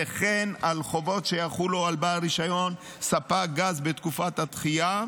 וכן על חובות שיחולו על בעל רישיון ספק גז בתקופת הדחייה,